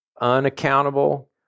unaccountable